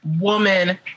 woman